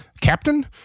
Captain